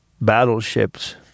battleships